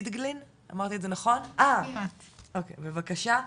בידגלין, אמרתי את זה נכון?, אוקי, בבקשה.